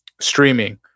streaming